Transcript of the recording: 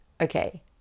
okay